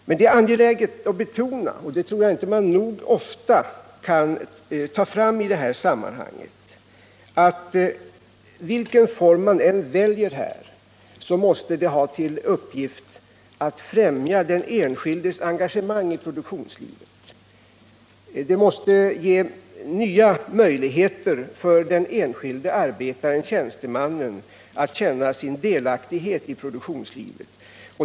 Men det är angeläget att betona — och det tror jag att man inte nog ofta kan understryka — att vilken form man än väljer måste den ha till uppgift att främja den enskildes engagemang i produktionslivet. Den måste ge den enskilde arbetstagaren/tjänstemannen möjlighet att känna sin delaktighet i produkticaslivet.